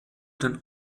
den